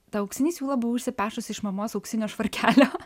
tą auksinį siūlą buvau išsipešusi iš mamos auksinio švarkelio